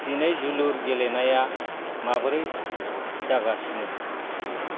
दिनै जुलुर गेलेनाया माबोरै जागासिनो